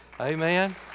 Amen